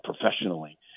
professionally